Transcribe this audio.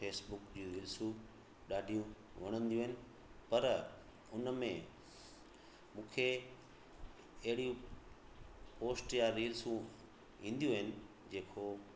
Facebook जी रील्सूं ॾाढियूं वणंदियूं आहिनि पर हुन में मूंखे अहिड़ियूं पोस्ट या रील्सूं ईंदियूं आहिनि जेको